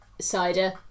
cider